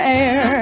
air